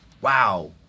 Wow